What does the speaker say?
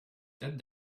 that